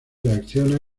reacciona